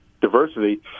diversity